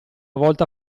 volta